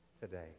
today